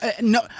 No